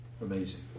Amazing